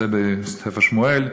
זה בספר שמואל,